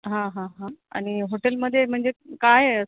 हां हां हां आणि हॉटेलमध्ये म्हणजे काय आहे असं